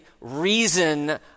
reason